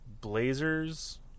Blazers